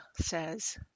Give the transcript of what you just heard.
says